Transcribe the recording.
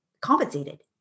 compensated